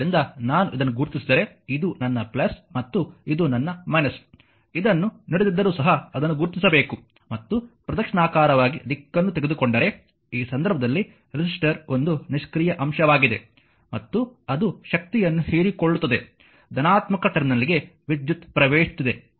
ಆದ್ದರಿಂದ ನಾನು ಇದನ್ನು ಗುರುತಿಸಿದರೆ ಇದು ನನ್ನ ಮತ್ತು ಇದು ನನ್ನ ಇದನ್ನು ನೀಡದಿದ್ದರೂ ಸಹ ಅದನ್ನು ಗುರುತಿಸಬೇಕು ಮತ್ತು ಪ್ರದಕ್ಷಿಣಾಕಾರವಾಗಿ ದಿಕ್ಕನ್ನು ತೆಗೆದುಕೊಂಡರೆ ಈ ಸಂದರ್ಭದಲ್ಲಿ ರೆಸಿಸ್ಟರ್ ಒಂದು ನಿಷ್ಕ್ರಿಯ ಅಂಶವಾಗಿದೆ ಮತ್ತು ಅದು ಶಕ್ತಿಯನ್ನು ಹೀರಿಕೊಳ್ಳುತ್ತದೆ ಧನಾತ್ಮಕ ಟರ್ಮಿನಲ್ಗೆ ವಿದ್ಯುತ್ ಪ್ರವೇಶಿಸುತ್ತಿದೆ